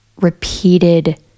repeated